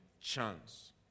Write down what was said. chance